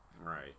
Right